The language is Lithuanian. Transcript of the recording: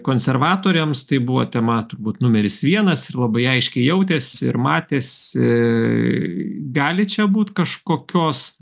konservatoriams tai buvo tema turbūt numeris vienas ir labai aiškiai jautėsi ir matėsi gali čia būti kažkokios